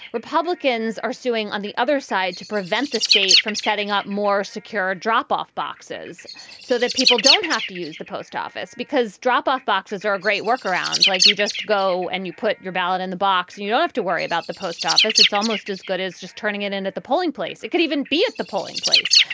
republicans are suing on the other side to prevent the state from setting up more secure drop off boxes so that people don't have to use the post office because drop off boxes are a great workaround. like, you just go and you put your ballot in the box. and you don't have to worry about the post office. it's almost as good as just turning it in at the polling place. it could even be at the polling place.